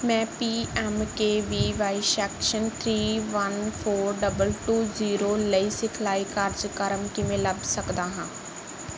ਮੈਂ P M K V Y session three one four double two zero ਲਈ ਸਿਖਲਾਈ ਕਾਰਜਕ੍ਰਮ ਕਿਵੇਂ ਲੱਭ ਸਕਦਾ ਹਾਂ